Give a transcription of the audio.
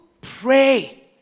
pray